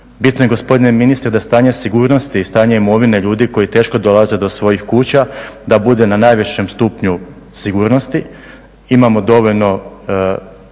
Bitno je gospodine ministre da stanje sigurnosti, stanje imovine ljudi koji teško dolaze do svojih kuća, da bude na najvišem stupnju sigurnosti.